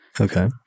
Okay